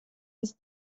uns